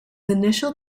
initial